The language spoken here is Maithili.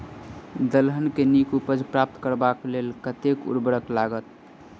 दलहन केँ नीक उपज प्राप्त करबाक लेल कतेक उर्वरक लागत?